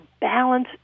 balance